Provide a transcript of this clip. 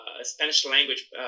Spanish-language